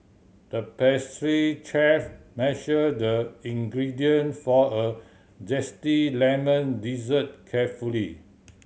the pastry chef measured the ingredient for a zesty lemon dessert carefully